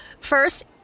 First